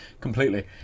completely